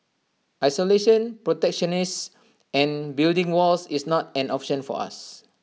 isolation protectionism and building walls is not an option for us